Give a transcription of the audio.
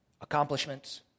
accomplishments